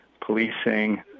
policing